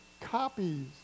copies